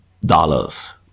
dollars